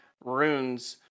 runes